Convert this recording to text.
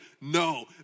No